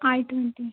I twenty